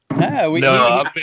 no